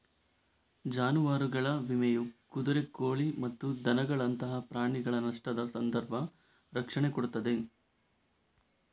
ಜಾನುವಾರುಗಳ ವಿಮೆಯು ಕುದುರೆ, ಕೋಳಿ ಮತ್ತು ದನಗಳಂತಹ ಪ್ರಾಣಿಗಳ ನಷ್ಟದ ಸಂದರ್ಭ ರಕ್ಷಣೆ ಕೊಡ್ತದೆ